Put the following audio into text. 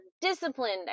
disciplined